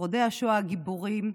שורדי השואה, גיבורים,